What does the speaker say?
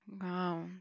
wow